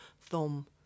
thumb